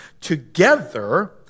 together